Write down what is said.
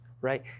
right